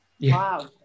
Wow